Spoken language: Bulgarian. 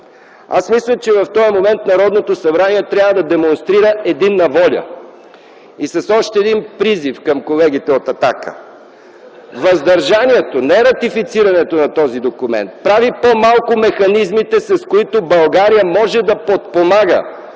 Аз мисля, че в този момент Народното събрание трябва да демонстрира единна воля и с още един призив към колегите от „Атака” – въздържанието, нератифицирането на този документ прави по-малко механизмите, с които България може да подпомага